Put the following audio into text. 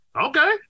Okay